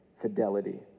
fidelity